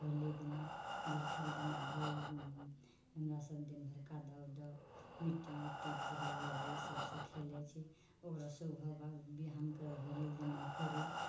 होली दिना धुर खेल दिना भी हमरा सभ दिन भरका दौ दौ मिट्टी विट्टी धूरा वूरा इसभसँ खेलै छी ओकरा सुबह बिहानके होली दिना फेरो